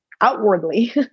outwardly